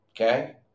okay